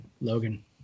logan